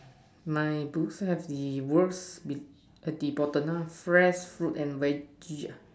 my booth has the words the at the bottom ah fresh fruit and Vege ah